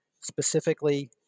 specifically